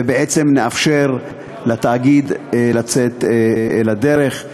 ובעצם נאפשר לתאגיד לצאת לדרך.